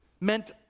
Meant